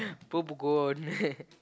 popcorn